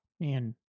Man